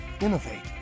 innovate